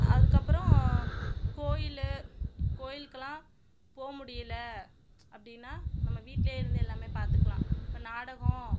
அதுக்கப்புறம் கோயில் கோயிலுக்கெல்லாம் போக முடியல அப்படின்னா நம்ம வீட்டுலயே இருந்து எல்லாமே பார்த்துக்கலாம் இப்போ நாடகம்